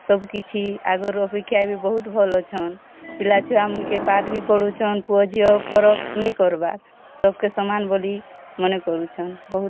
ସବୁକିଛି ଆଗର୍ ଅପେକ୍ଷା ଏବେ ବହୁତ୍ ଭଲ୍ ଅଛନ୍ ପିଲାଛୁଆମନ୍କେ ପାଠ୍ ବି ପଢ଼ଉଛନ୍ ପୁଅ ଝିଅ ଫରକ୍ ନେଇ କର୍ବା ସବ୍କେ ସମାନ୍ ବୋଲି ମନେକରୁଛନ୍ ବହୁତ୍